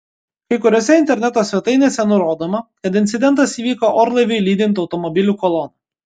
kai kuriose interneto svetainėse nurodoma kad incidentas įvyko orlaiviui lydint automobilių koloną